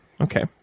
okay